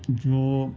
جو